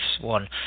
one